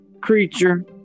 creature